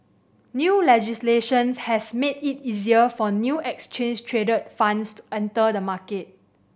new legislation has made it easier for new exchange traded funds to enter the market